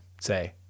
Say